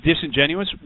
disingenuous